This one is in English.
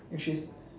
which is